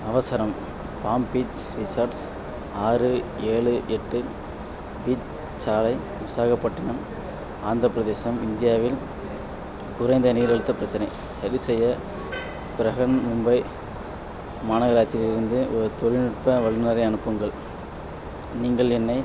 அவசரம் palm beach resorts ஆறு ஏழு எட்டு பீச் சாலை விசாகப்பட்டினம் ஆந்திரப் பிரதேசம் இந்தியாவில் குறைந்த நீர் அழுத்த பிரச்சனை சரிசெய்ய பிரஹன் மும்பை மாநகராட்சியிலிருந்து ஒரு தொழில்நுட்ப வல்லுநரை அனுப்புங்கள் நீங்கள் என்னை